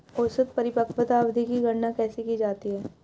औसत परिपक्वता अवधि की गणना कैसे की जाती है?